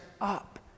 up